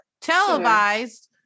televised